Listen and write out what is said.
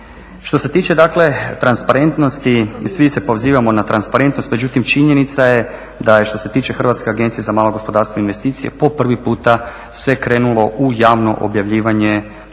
Što se tiče dakle transparentnosti svi se pozivamo na transparentnost, međutim činjenica je da je što se tiče Hrvatske agencije za malo gospodarstvo i investicije po prvi puta se krenulo u javno objavljivanje podataka